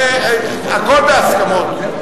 הכול בהסכמות.